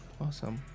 awesome